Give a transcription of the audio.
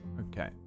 Okay